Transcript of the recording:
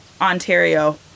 ontario